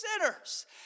sinners